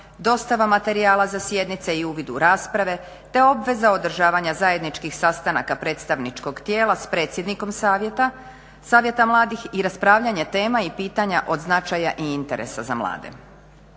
dostava materijala za sjednice i uvid u rasprave te obveza održavanja zajedničkih sastanaka predstavničkog tijela s predsjednikom savjeta mladih i raspravljanje tema i pitanja od značaja i interesa za mlade.